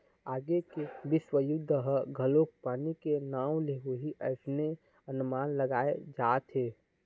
आगे के बिस्व युद्ध ह घलोक पानी के नांव ले होही अइसने अनमान लगाय जाथे